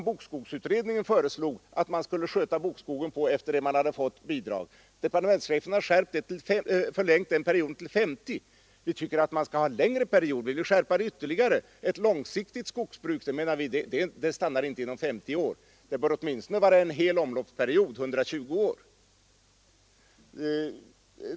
Bokskogsutredningen föreslog att man skulle sköta bokskogen i 30 år efter det att man fått bidrag. Departementschefen har förlängt den perioden till 50 år. Vi tycker att 1. kall ha en längre period. Ett långsiktigt skogsbruk stannar inte inom 50 år — det bör åtminstone bestå av en hel omloppsperiod — 120 år.